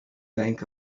bank